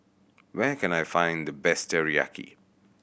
where can I find the best Teriyaki